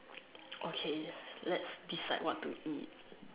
okay let's decide what to eat